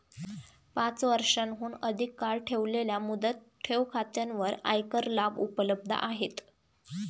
पाच वर्षांहून अधिक काळ ठेवलेल्या मुदत ठेव खात्यांवर आयकर लाभ उपलब्ध आहेत